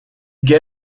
get